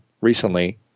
recently